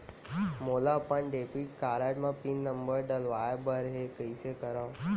मोला अपन debit card म पिन नंबर डलवाय बर हे कइसे करव?